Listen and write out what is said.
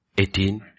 Eighteen